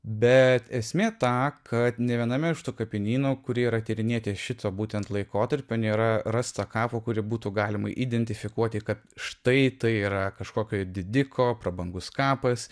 bet esmė ta kad nė viename iš tų kapinynų kurie yra tyrinėti šito būtent laikotarpio nėra rasta kapo kurį būtų galima identifikuoti kad štai tai yra kažkokio didiko prabangus kapas